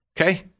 Okay